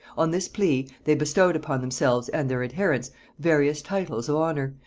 on this plea, they bestowed upon themselves and their adherents various titles of honor,